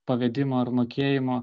pavedimo ar mokėjimo